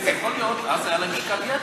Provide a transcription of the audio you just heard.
אבל אז היה להם משקל-יתר.